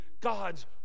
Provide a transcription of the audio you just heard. God's